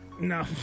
No